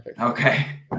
Okay